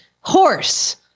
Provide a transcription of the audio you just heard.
horse